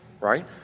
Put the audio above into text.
right